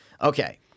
Okay